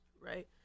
right